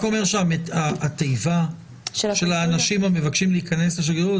התיבה של האנשים המבקשים להיכנס לשגרירות